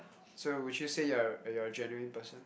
so would you say you're you're a genuine person